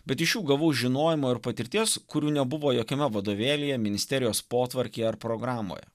bet iš jų gavau žinojimo ir patirties kurių nebuvo jokiame vadovėlyje ministerijos potvarky ar programoje